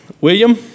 william